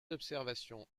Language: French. observations